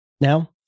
Now